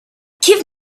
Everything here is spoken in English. give